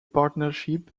partnership